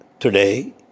Today